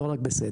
לא רק בסדר.